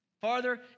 farther